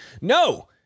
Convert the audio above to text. No